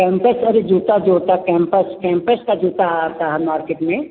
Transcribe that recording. campus का भी जूता जो होता कैंपस कैंपस का जूता आता है मार्केट में